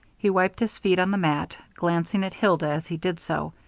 he wiped his feet on the mat, glancing at hilda as he did so,